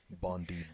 Bondi